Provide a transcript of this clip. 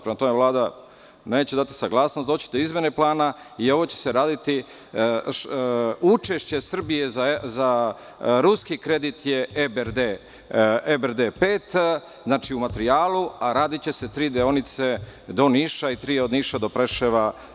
Prema tome, Vlada neće dati saglasnost, doći će do izmene plana i ovo će se raditi, učešće Srbije za ruski kredit je EBRD 5, u materijalu, a radiće se tri deonice do Niša i tri od Niša do Preševa.